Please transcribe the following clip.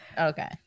Okay